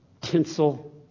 Tinsel